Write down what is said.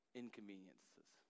inconveniences